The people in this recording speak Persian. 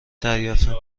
دریافتم